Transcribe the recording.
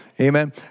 amen